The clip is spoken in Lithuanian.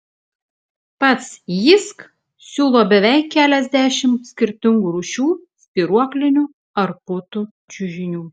pats jysk siūlo beveik keliasdešimt skirtingų rūšių spyruoklinių ar putų čiužinių